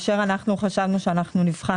זה משנה